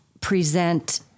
present